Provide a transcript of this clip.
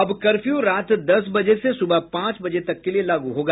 अब कर्फ्यू रात दस बजे से सुबह पाँच बजे तक के लिए लागू होगा